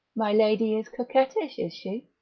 my lady is coquettish, is she?